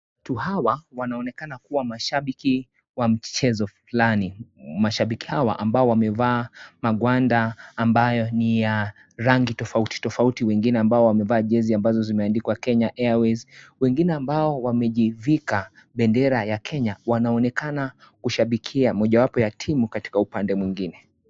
watu hawa wanaonekana kuwa mashabiki wa mchezo fulani. Mashabiki hawa ambao wamevaa magwanda ambayo ni ya rangi tofautitofauti. Wengine ambao wamevaa jezi ambazo zimeandikwa Kenya Airways. Wengine ambao wamejivika bendera ya Kenya wanaonekana kushabikia mojawapo ya timu katika upande mwingine.